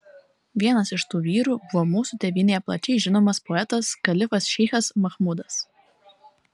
vienas iš tų vyrų buvo mūsų tėvynėje plačiai žinomas poetas kalifas šeichas machmudas